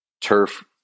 turf